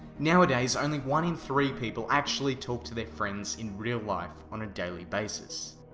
nowadays, only one in three people actually talk to their friends in real life on a daily basis,